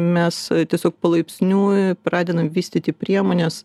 mes tiesiog palaipsniui pradedam vystyti priemones